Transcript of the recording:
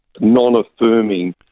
non-affirming